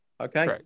Okay